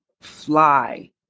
fly